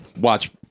watch